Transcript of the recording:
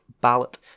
Ballot